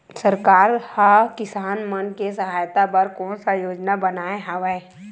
सरकार हा किसान मन के सहायता बर कोन सा योजना बनाए हवाये?